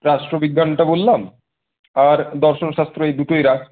রাষ্ট্রবিজ্ঞানটা বললাম আর দর্শনশাস্ত্র এই দুটোই রাখ